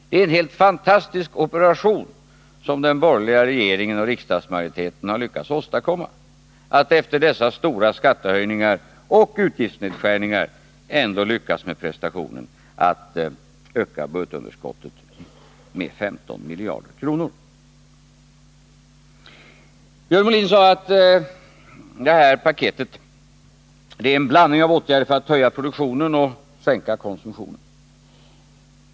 Det är en helt fantastisk operation som den borgerliga regeringen och riksdagsmajoriteten har lyckats åstadkomma, när man efter dessa stora skattehöjningar och utgiftsnedskärningar ändå klarat prestationen att öka budgetunderskottet med 15 miljarder kronor. Björn Molin sade att regeringens åtgärdspaket innehåller en blandning av åtgärder för att höja produktionen och för att sänka konsumtionen.